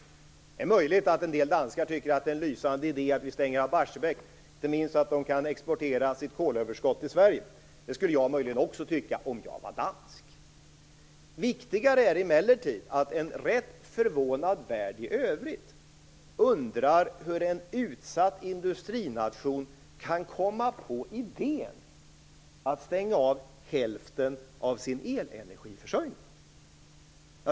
Det är möjligt att en del danskar tycker att det är en lysande idé att vi stänger av Barsebäck, inte minst därför att danskarna då kan exportera sitt kolöverskott till Sverige. Det skulle kanske jag också tycka om jag var dansk. Viktigare är emellertid att en rätt förvånad värld i övrigt undrar hur en utsatt industrination kan komma på idén att stänga av hälften av sin elenergiförsörjning.